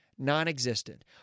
non-existent